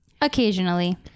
Occasionally